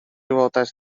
voltasse